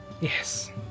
Yes